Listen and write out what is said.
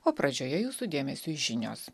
o pradžioje jūsų dėmesiui žinios